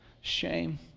shame